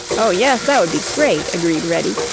oh, yes, that would be great, agreed reddy.